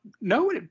no